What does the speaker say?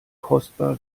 kostbar